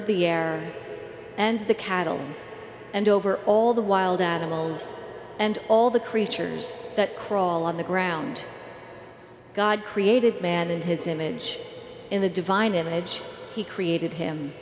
of the air and the cattle and over all the wild animals and all the creatures that crawl on the ground god created man in his image in the divine image he created him